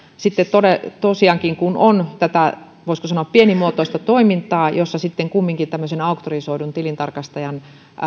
tosiaankin on tätä voisiko sanoa pienimuotoista toimintaa jossa kumminkin auktorisoidun tilintarkastajan